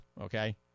okay